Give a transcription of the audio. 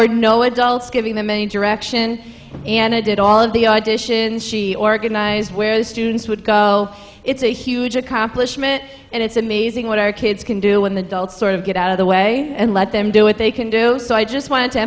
were no adults giving them any direction and i did all of the auditions she organized where the students would go it's a huge accomplishment and it's amazing what our kids can do when the dots sort of get out of the way and let them do what they can do so i just wanted to